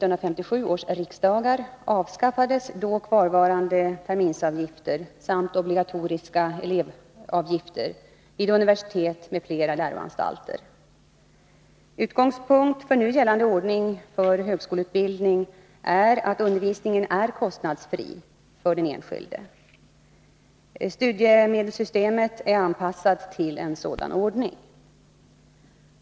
Utgångspunkt för nu gällande ordning för högskoleutbildningen är att undervisningen är kostnadsfri för den enskilde. Studiemedelssystemet är anpassat till en sådan ordning.